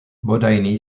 bodine